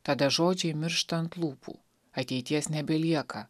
tada žodžiai miršta ant lūpų ateities nebelieka